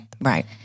Right